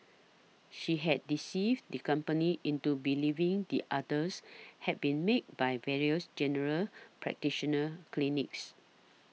she had deceived the company into believing the others had been made by various general practitioner clinics